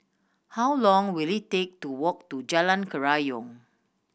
how long will it take to walk to Jalan Kerayong